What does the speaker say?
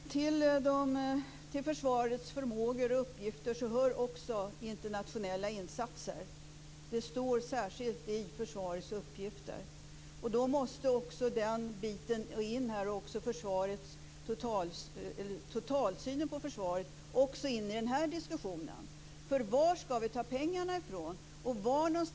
Fru talman! Till försvarets uppgifter hör också internationella insatser. Det står särskilt i förteckningen över försvarets uppgifter. Då måste också totalsynen på försvaret också in i denna diskussion. Var skall pengarna komma från?